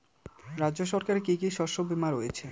রাজ্য সরকারের কি কি শস্য বিমা রয়েছে?